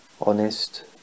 honest